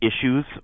issues